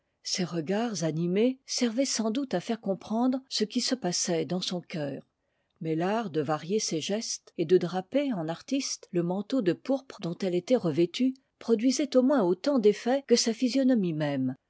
ses regards animés servaient sans doute à faire comprendre ce qui se passait dans son cœur mais l'art de varier ses gestes et de draper en artiste le manteau de pourpre dont elle était revêtue produisait au moins autant d'effet que sa physionomie même